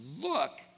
look